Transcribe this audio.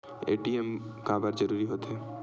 ATM काबर जरूरी हो थे?